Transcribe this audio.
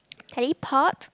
k-pop